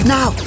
Now